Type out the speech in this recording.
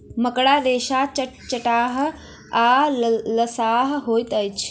मकड़ा रेशा चटचटाह आ लसाह होइत अछि